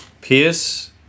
Pierce